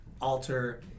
Alter